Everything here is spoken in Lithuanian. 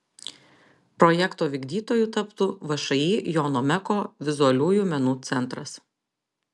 projekto vykdytoju taptų všį jono meko vizualiųjų menų centras